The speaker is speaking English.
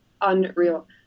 Unreal